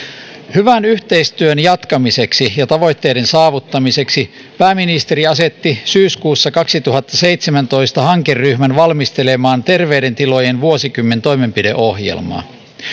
hyvän yhteistyön jatkamiseksi ja tavoitteiden saavuttamiseksi pääministeri asetti syyskuussa kaksituhattaseitsemäntoista hankeryhmän valmistelemaan terveiden tilojen vuosikymmen toimenpideohjelmaa